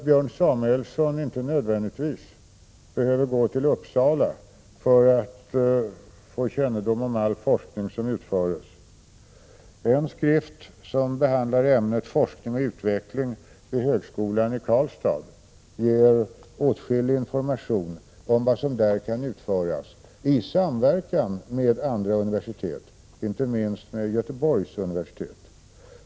Björn Samuelson behöver inte nödvändigtvis åka till Uppsala för att få kännedom om all forskning som bedrivs. Den skrift som behandlar ämnet forskning och utveckling vid högskolan i Karlstad ger åtskillig information om vilken forskning som där kan bedrivas i samverkan med andra universitet, inte minst med Göteborgs universitet.